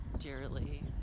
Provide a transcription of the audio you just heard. dearly